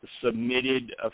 submitted